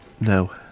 No